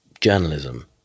journalism